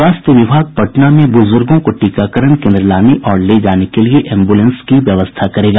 स्वास्थ्य विभाग पटना में बुजुर्गों को टीकाकरण केन्द्र लाने और ले जाने के लिए एम्बुलेंस की व्यवस्था करेगा